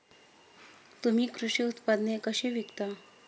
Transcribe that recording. तुम्ही कृषी उत्पादने कशी विकता?